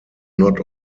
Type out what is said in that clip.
not